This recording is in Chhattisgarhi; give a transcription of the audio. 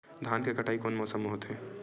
धान के कटाई कोन मौसम मा होथे?